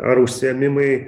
ar užsiėmimai